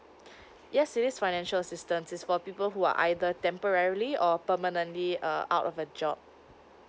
yes it's financial assistance is for people who are either temporarily or permanently err out of a job